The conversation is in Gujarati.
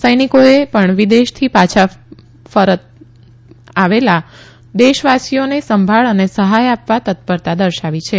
સૈનિકોએ પણ વિદેશથી પાછા પરત આવેલા દેશવાસીઓને સંભાળ અને સહાથ આપવા તત્પરતા દર્શાવી છે